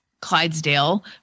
Clydesdale